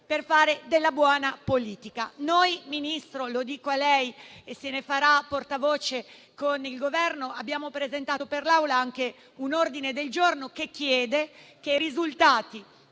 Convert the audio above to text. per fare della buona politica. Noi, Ministro, lo dico a lei che se ne farà portavoce con il Governo, abbiamo presentato per l'Aula anche un ordine del giorno che chiede che i risultati